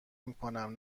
میکنم